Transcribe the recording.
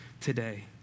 today